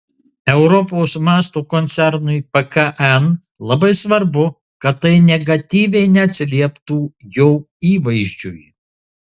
europos mąsto koncernui pkn labai svarbu kad tai negatyviai neatsilieptų jo įvaizdžiui